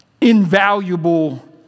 invaluable